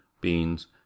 beans